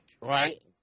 Right